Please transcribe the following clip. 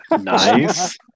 Nice